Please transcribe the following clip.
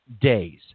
days